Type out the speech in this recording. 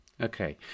Okay